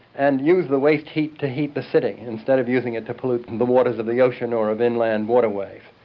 and use the waste heat to heat the city instead of using it to pollute and the waters of the ocean or of inland waterways.